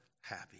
happy